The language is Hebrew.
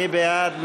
מי בעד?